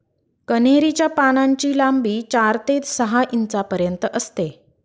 कन्हेरी च्या पानांची लांबी चार ते सहा इंचापर्यंत असते